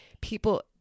people